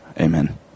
Amen